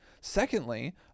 Secondly